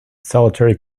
solitary